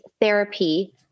therapy